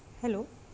hello